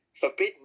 forbidden